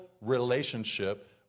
relationship